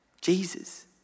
Jesus